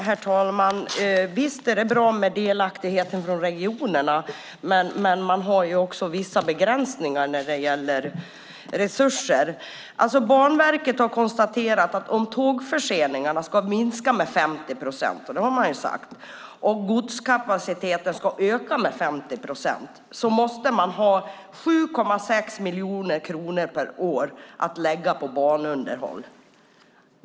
Herr talman! Visst är det bra med delaktighet från regionerna, men man har ju vissa begränsningar när det gäller resurser. Banverket har konstaterat att om tågförseningarna ska minska med 50 procent - och det har man ju sagt - och godskapaciteten öka med 50 procent måste man ha 7,6 miljoner kronor per år att lägga på banunderhåll.